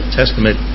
testament